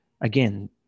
again